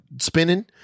spinning